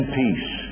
peace